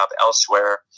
elsewhere